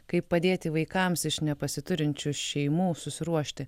kaip padėti vaikams iš nepasiturinčių šeimų susiruošti